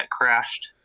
crashed